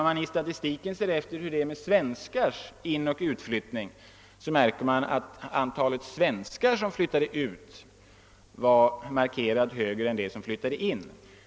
Om man i statistiken ser efter hur det är med svenskars inoch utflyttning, märker man emellertid att det antal som flyttat ut var markerat högre än det som flyttat in.